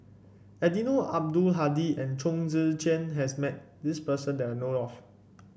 Eddino Abdul Hadi and Chong Tze Chien has met this person that I know of